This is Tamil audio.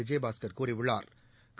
விஜயபாஸ்கா் கூறியுள்ளாா்